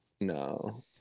No